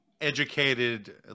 educated